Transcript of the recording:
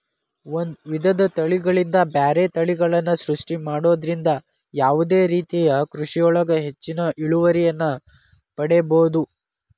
ಒಂದ್ ವಿಧದ ತಳಿಗಳಿಂದ ಬ್ಯಾರೆ ತಳಿಯನ್ನ ಸೃಷ್ಟಿ ಮಾಡೋದ್ರಿಂದ ಯಾವದೇ ರೇತಿಯ ಕೃಷಿಯೊಳಗ ಹೆಚ್ಚಿನ ಇಳುವರಿಯನ್ನ ಪಡೇಬೋದು